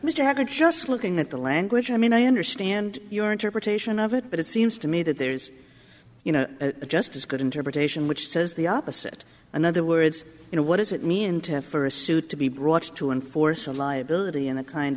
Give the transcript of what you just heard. hacker just looking at the language i mean i understand your interpretation of it but it seems to me that there is you know just as good interpretation which says the opposite and then their words you know what does it mean to have for a suit to be brought to enforce a liability in the kind